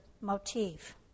motif